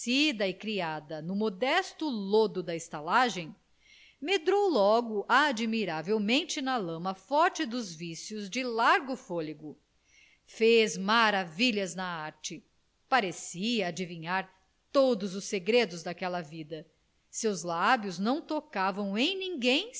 e criada no modesto lodo da estalagem medrou logo admiravelmente na lama forte dos vícios de largo fôlego fez maravilhas na arte parecia adivinhar todos os segredos daquela vida seus lábios não tocavam em ninguém